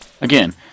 Again